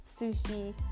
sushi